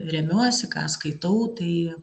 remiuosi ką skaitau tai